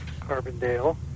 Carbondale